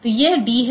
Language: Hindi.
तो यह डी है